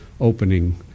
opening